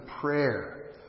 prayer